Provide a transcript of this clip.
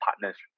partners